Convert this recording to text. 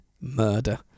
murder